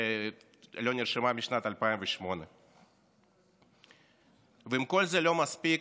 שלא נרשמה משנת 2008. ואם כל זה לא מספיק,